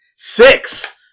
Six